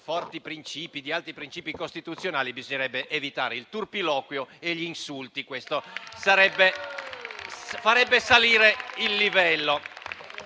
forti ed alti principi costituzionali, bisognerebbe evitare il turpiloquio e gli insulti. Questo farebbe salire il livello.